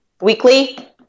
Weekly